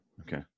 Okay